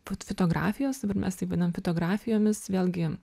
fot fitografijos dabar mes tai vadinam fitografijomis vėlgi